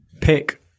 Pick